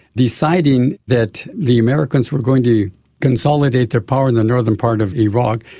deciding that the americans were going to consolidate their power in the northern part of iraq,